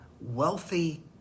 wealthy